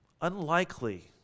unlikely